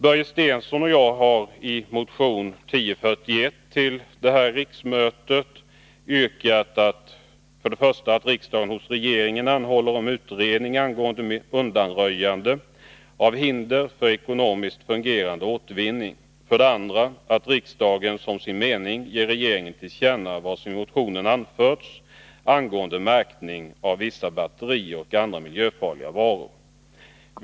Börje Stensson och jag har i motion 1041 till innevarande riksmöte yrkat 2. att riksdagen som sin mening ger regeringen till känna vad som i motionen anförts angående märkning av vissa batterier och andra miljöfarliga varor.